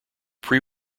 pre